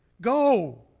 Go